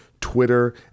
Twitter